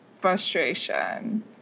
frustration